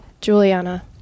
Juliana